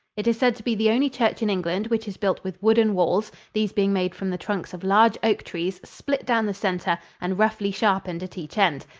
it is said to be the only church in england which is built with wooden walls, these being made from the trunks of large oak trees split down the center and roughly sharpened at each end.